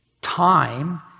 time